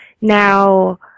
Now